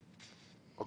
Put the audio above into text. אני